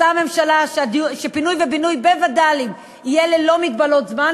רצתה הממשלה שפינוי ובינוי וד"לים יהיה ללא מגבלות זמן,